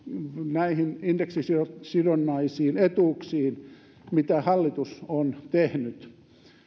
näihin indeksisidonnaisiin etuuksiin mitä hallitus on tehnyt